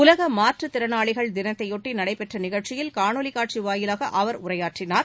உலக மாற்று திறனாளிகள் தினத்தை யொட்டி நடைபெற்ற நிகழ்ச்சியில் காணொளி காட்சி வாயிலாக அவர் உரையாற்றினார்